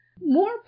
More